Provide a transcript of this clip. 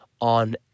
on